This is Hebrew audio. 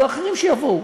יהיו אחרים שיבואו,